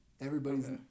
Everybody's